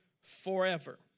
forever